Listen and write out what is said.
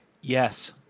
Yes